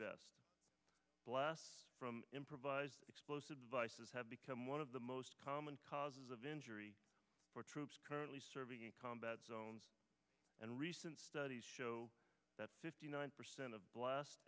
best blasts from improvised explosive devices have become one of the most common cause of injury for troops currently serving in combat zones and recent studies show that fifty nine percent of